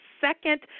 second